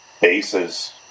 bases